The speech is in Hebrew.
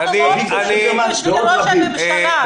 אנחנו לא עובדים בשביל ראש הממשלה.